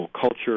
culture